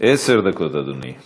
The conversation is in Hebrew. עשר דקות, אדוני.